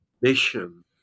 mission